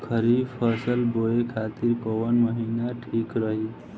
खरिफ फसल बोए खातिर कवन महीना ठीक रही?